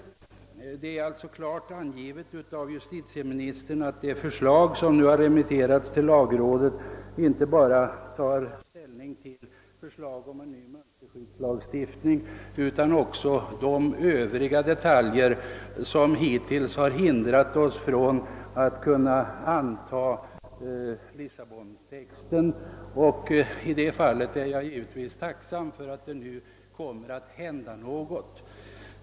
Justitieministern har klart deklarerat att det förslag som nu remitterats till lagrådet tar ställning till inte endast frågan om en ny mönsterskyddslagstiftning utan också de övriga detaljer som hittills har hindrat oss från att anta Lissabontexten. I det fallet är jag givetvis tacksam för att det nu kommer att hända något.